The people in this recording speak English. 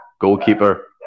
goalkeeper